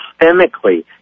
systemically